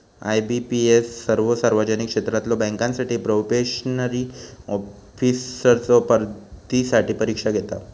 IBPS सर्वो सार्वजनिक क्षेत्रातला बँकांसाठी प्रोबेशनरी ऑफिसर्सचो भरतीसाठी परीक्षा घेता